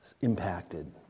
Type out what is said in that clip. impacted